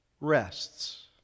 rests